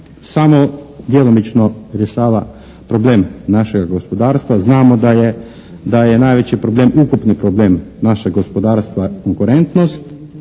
samo djelomično rješava problem našega gospodarstva. Znamo da je najveći problem, ukupni problem našeg gospodarstva konkurentnost,